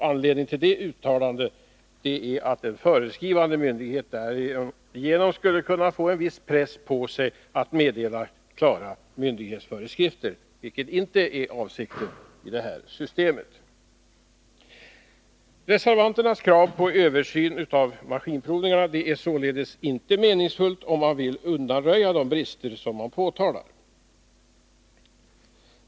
Anledningen till det uttalandet är att föreskrivande myndighet därigenom skall kunna få en viss press på sig att meddela klara myndighetsföreskrifter — vilket inte är avsikten i det här systemet. Reservanternas krav på översyn av maskinprovningarna är således inte meningsfullt, om man vill undanröja de brister som man påtalar.